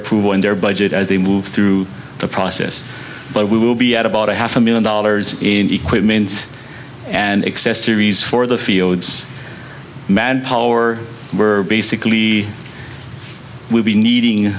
approval in their budget as they move through the process but we will be at about a half a million dollars in equipment and accessories for the fields manpower were basically we'll be needing